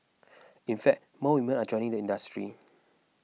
in fact more women are joining the industry